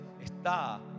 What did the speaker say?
está